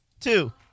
two